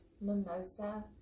Mimosa